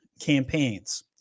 campaigns